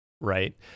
right